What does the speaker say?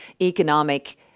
economic